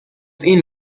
این